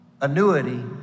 Annuity